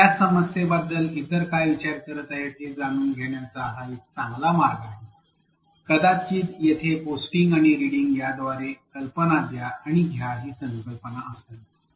त्याच समस्येबद्दल इतर काय विचार करीत आहेत हे जाणून घेण्याचा हा एक चांगला मार्ग आहे कदाचित तेथे पोस्टिंग आणि रीडिंग याद्वारे कल्पना द्या आणि घ्या हि संकल्पना असावी